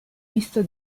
misto